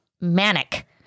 manic